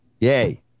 Yay